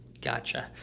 gotcha